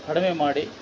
ಕಡಿಮೆ ಮಾಡಿ